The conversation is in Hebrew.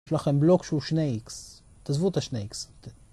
יש לכם בלוק שהוא 2x, תעזבו את ה2x.